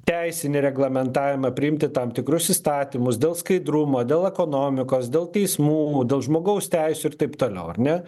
teisinį reglamentavimą priimti tam tikrus įstatymus dėl skaidrumo dėl ekonomikos dėl teismų dėl žmogaus teisių ir taip toliau ar ne